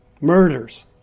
murders